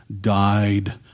died